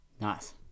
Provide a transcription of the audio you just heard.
Nice